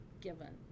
given